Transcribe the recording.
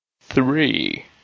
Three